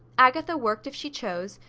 agatha worked if she chose,